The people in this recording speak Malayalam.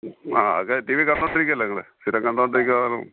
അതൊക്കെ ടി വി കണ്ടു കൊ ണ്ടിരിക്കുകയല്ലേ നിങ്ങൾ സ്ഥിരം കണ്ടു കൊണ്ടിരിക്കണ കാരണം